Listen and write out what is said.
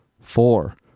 four